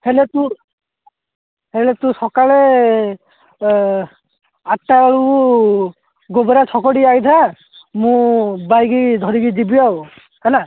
ହେଲେ ତୁ ହେଲେ ତୁ ସକାଳେ ଆଠଟା ବେଳକୁ ଗୋବରା ଛକ ଠିକି ଆଇଥା ମୁଁ ବାଇକ ଧରିକି ଯିବି ଆଉ ହେଲା